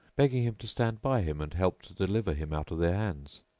begging him to stand by him and help to deliver him out of their hands.